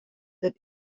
that